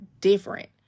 different